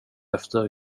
efter